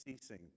ceasing